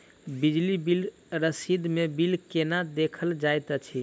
बिजली बिल रसीद मे बिल केना देखल जाइत अछि?